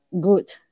good